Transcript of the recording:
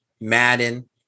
Madden